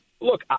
look